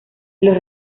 los